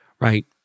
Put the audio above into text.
right